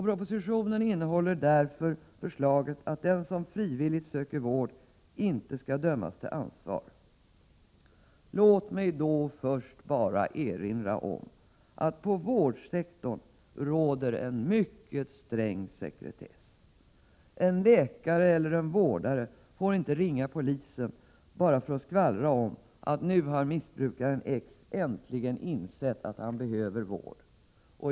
Propositionen innehåller därför förslaget att den som frivilligt söker vård inte skall dömas till ansvar. Låt mig först erinra om att mycket sträng sekretess råder inom vårdsektorn. En läkare eller en vårdare får inte ringa polisen bara för att skvallra om att nu har narkotikamissbrukaren X äntligen insett att han behöver vård.